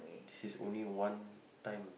this is only one time